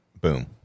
boom